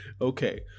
okay